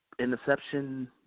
interception